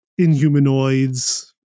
inhumanoids